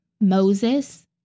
Moses